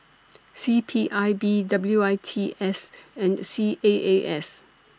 C P I B W I T S and C A A S